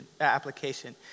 application